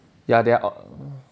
ya they are uh